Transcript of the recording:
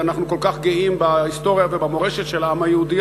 ואנחנו כל כך גאים בהיסטוריה ובמורשת של העם היהודי,